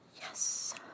Yes